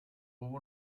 hubo